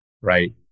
right